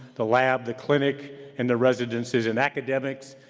the lab, the clinic, and the residences and academics,